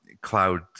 cloud